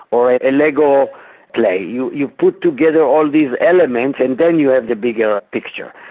or a leggo play you you put together all these elements and then you have the bigger picture.